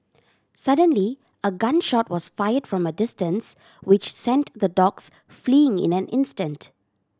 suddenly a gun shot was fired from a distance which sent the dogs fleeing in an instant